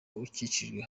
ukijijwe